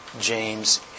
James